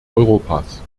europas